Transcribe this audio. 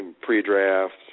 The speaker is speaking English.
pre-draft